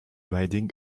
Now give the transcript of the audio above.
riding